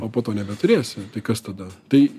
o po to nebeturėsi tai kas tada tai